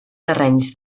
terrenys